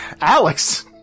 Alex